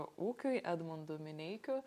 ūkiui edmundu mineikiu